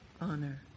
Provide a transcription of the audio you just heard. honor